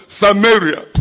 samaria